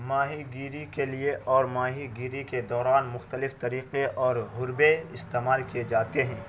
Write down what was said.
ماہی گیری کے لیے اور ماہی گیری کے دوران مختلف طریقے اور حربے استعمال کیے جاتے ہیں